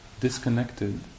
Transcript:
disconnected